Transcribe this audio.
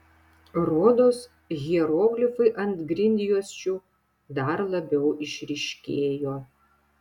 rodos hieroglifai ant grindjuosčių dar labiau išryškėjo